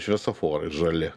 šviesoforai žali